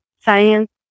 science